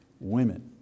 women